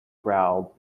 growled